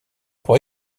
pour